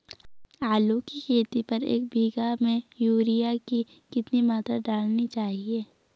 आलू की खेती पर एक बीघा में यूरिया की कितनी मात्रा डालनी चाहिए?